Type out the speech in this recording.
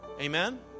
Amen